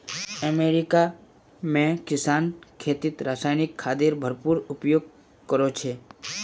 America में किसान खेतीत रासायनिक खादेर भरपूर उपयोग करो छे